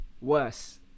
worse